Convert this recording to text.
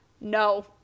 No